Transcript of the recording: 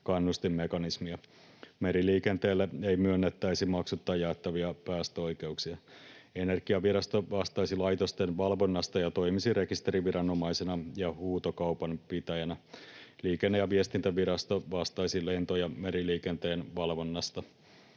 kannustinmekanismia. Meriliikenteelle ei myönnettäisi maksutta jaettavia päästöoikeuksia. Energiavirasto vastaisi laitosten valvonnasta ja toimisi rekisteriviranomaisena ja huutokaupanpitäjänä. Liikenne- ja viestintävirasto vastaisi lento- ja meriliikenteen valvonnasta.